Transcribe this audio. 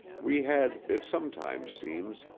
we had, it sometimes seems,